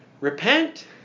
Repent